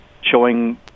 showing